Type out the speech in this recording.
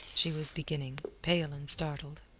she was beginning, pale and startled.